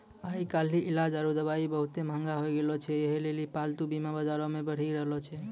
आइ काल्हि इलाज आरु दबाइयै बहुते मंहगा होय गैलो छै यहे लेली पालतू बीमा बजारो मे बढ़ि रहलो छै